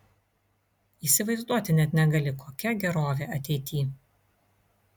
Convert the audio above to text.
įsivaizduoti net negali kokia gerovė ateity